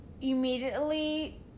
immediately